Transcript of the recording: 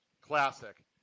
Classic